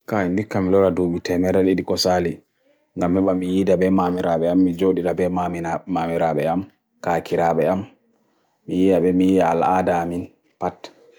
kain di kamilor adubi temerali di kosali nama mbami ii dabe mami rabe ammi, jodi dabe mami rabe ammi, kaki rabe ammi ii ammi ii alaada ammi, pat